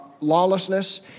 lawlessness